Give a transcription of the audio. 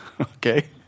Okay